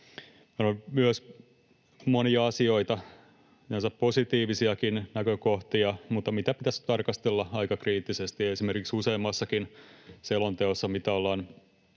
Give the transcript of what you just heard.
On monia asioita, sinänsä positiivisiakin näkökohtia, joita pitäisi tarkastella aika kriittisesti. Esimerkiksi useammassakin selonteossa, mitä ollaan